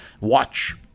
watch